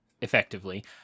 effectively